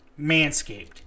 Manscaped